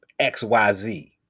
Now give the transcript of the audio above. XYZ